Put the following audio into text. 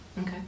Okay